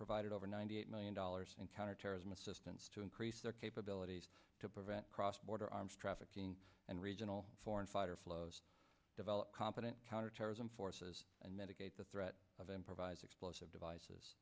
provided over ninety eight million dollars in counterterrorism assistance to increase their capabilities to prevent cross border arms trafficking and regional foreign fighter flows develop competent counterterrorism forces and medicate the threat of improvised explosive devices